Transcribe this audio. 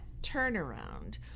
turnaround